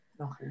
Okay